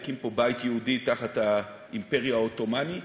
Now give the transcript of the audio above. להקים פה בית יהודי תחת האימפריה העות'מאנית.